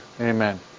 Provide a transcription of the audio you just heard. Amen